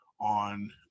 on